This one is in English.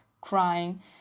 crying